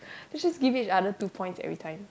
let's just give it other two points every time